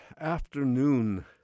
afternoon